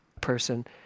person